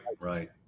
right